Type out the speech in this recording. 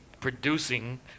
producing